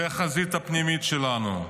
זה החזית הפנימית שלנו,